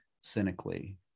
cynically